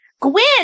Gwen